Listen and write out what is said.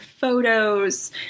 photos